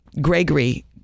Gregory